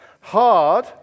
hard